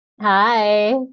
Hi